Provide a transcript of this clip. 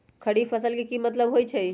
खरीफ फसल के की मतलब होइ छइ?